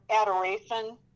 Adoration